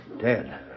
Dead